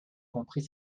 compris